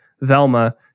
Velma